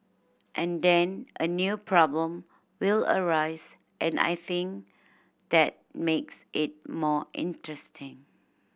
and then a new problem will arise and I think that makes it more interesting